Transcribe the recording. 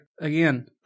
Again